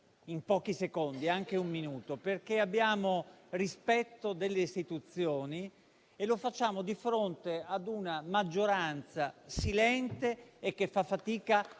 in pochi secondi, anche in un minuto, perché abbiamo rispetto delle istituzioni e lo facciamo di fronte ad una maggioranza silente e che fa fatica